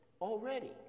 Already